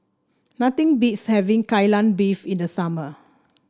nothing beats having Kai Lan Beef in the summer